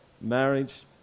marriage